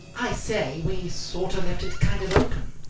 i say, we sort of left it kind of open.